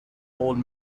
old